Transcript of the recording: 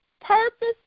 purpose